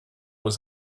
was